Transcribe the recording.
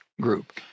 group